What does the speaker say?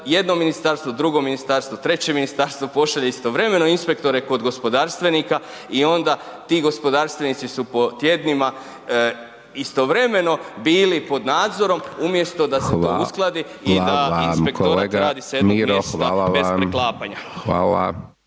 jedno ministarstvo, drugo ministarstvo, treće ministarstvo pošalje istovremeno inspektore kod gospodarstvenika i onda ti gospodarstvenici su po tjednima istovremeno bili pod nadzorom umjesto da se to uskladi .../Upadica: Hvala vam./... i da inspektorat radi